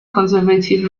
conservative